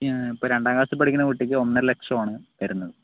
ആ ഇപ്പോൾ രണ്ടാംക്ലാസ്സിൽ പഠിക്കുന്ന കുട്ടിക്ക് ഒന്നര ലക്ഷവുമാണ് വരുന്നത്